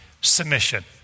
submission